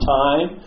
time